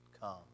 Come